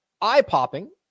eye-popping